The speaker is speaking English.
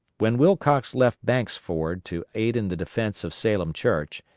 when wilcox left banks' ford to aid in the defence of salem church,